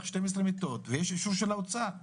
שתיים עשרה מיטות ויש אישור של האוצר,